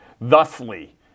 thusly